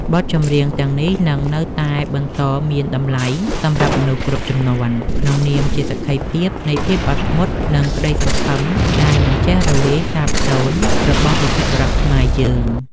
បទចម្រៀងទាំងនេះនឹងនៅតែបន្តមានតម្លៃសម្រាប់មនុស្សគ្រប់ជំនាន់ ក្នុងនាមជាសក្ខីភាពនៃភាពអត់ធ្មត់ និងក្តីសង្ឃឹមដែលមិនចេះរលាយសាបសូន្យរបស់បុព្វបុរសខ្មែរយើង។